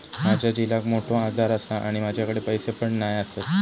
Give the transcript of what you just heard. माझ्या झिलाक मोठो आजार आसा आणि माझ्याकडे पैसे पण नाय आसत